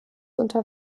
unter